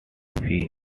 few